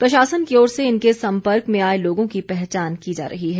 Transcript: प्रशासन की ओर से इनके सम्पर्क में आए लोगों की पहचान की जा रही है